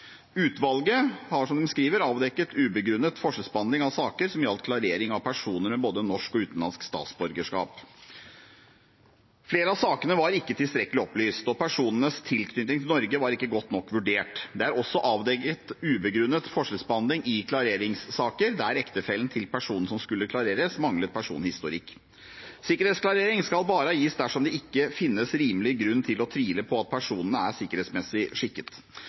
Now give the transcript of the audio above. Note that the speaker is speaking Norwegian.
Utvalget har, som det skriver, avdekket ubegrunnet forskjellsbehandling av saker som gjaldt klarering av personer med både norsk og utenlandsk statsborgerskap. Flere av sakene var ikke tilstrekkelig opplyst, og personenes tilknytning til Norge var ikke godt nok vurdert. Det er også avdekket ubegrunnet forskjellsbehandling i klareringssaker der ektefellen til personen som skulle klareres, manglet personhistorikk. Sikkerhetsklarering skal bare gis dersom det ikke finnes rimelig grunn til å tvile på at personene er sikkerhetsmessig skikket.